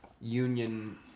union